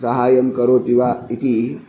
सहायं करोति वा इति